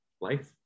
life